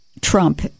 Trump